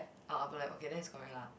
ah upper left okay then it's correct lah